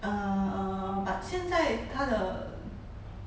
err but 现在它的